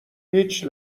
هیچ